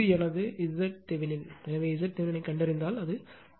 எனவே Zth ஐக் கண்டறிந்தால் 2